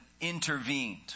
intervened